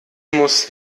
muss